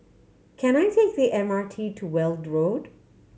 can I take the M R T to Weld Road